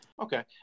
Okay